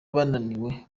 bananiwe